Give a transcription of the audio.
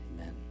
Amen